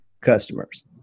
customers